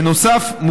בנוסף,